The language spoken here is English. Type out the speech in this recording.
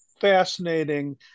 fascinating